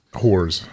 Whores